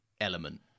element